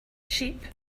sheep